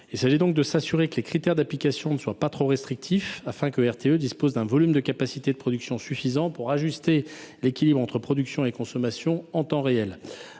Il s’agit donc de s’assurer que les critères d’application ne soient pas trop restrictifs afin de permettre à RTE de disposer de capacités de production suffisantes pour ajuster l’équilibre entre production et consommation en temps réel.